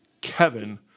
Kevin